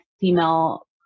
female